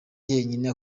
jyenyine